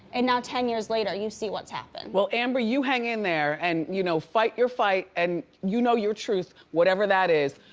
and now ten years later, you see what's happened. well, amber, you hang in there and you know fight your fight and you know your truth, whatever that is.